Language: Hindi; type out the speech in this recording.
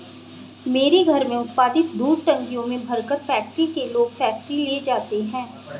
मेरे घर में उत्पादित दूध टंकियों में भरकर फैक्ट्री के लोग फैक्ट्री ले जाते हैं